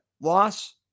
loss